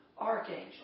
archangel